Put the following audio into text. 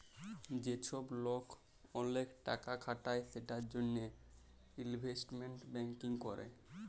যে চ্ছব লোক ওলেক টাকা খাটায় সেটার জনহে ইলভেস্টমেন্ট ব্যাঙ্কিং ক্যরে